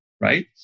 right